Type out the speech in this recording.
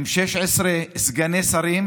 16 סגני שרים